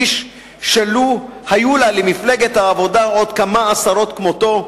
איש שלו היו לה למפלגת העבודה עוד כמה עשרות כמותו,